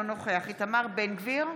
אינו נוכח איתמר בן גביר,